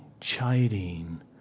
chiding